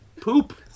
poop